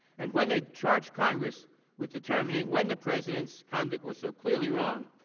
and when they charge congress with determining when the presence conduct was so clearly wrong,